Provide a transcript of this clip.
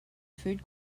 food